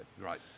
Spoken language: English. Right